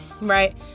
right